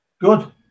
Good